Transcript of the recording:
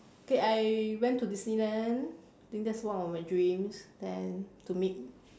K I went to disneyland think that's one of my dreams then to meet